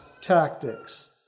tactics